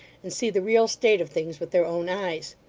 and see the real state of things with their own eyes.